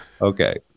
Okay